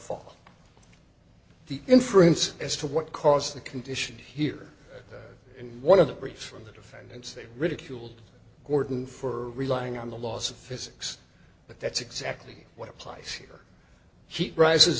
fall the inference as to what caused the condition here in one of the briefs the defendant say ridiculed gordon for relying on the laws of physics but that's exactly what applies here sheep rises